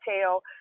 tell